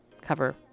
cover